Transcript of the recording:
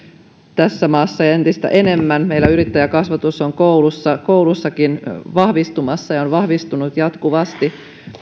tässä maassa entistä enemmän yrittäjäkasvatus on meillä koulussakin vahvistumassa ja on vahvistunut jatkuvasti